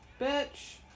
Bitch